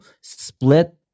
split